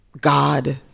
God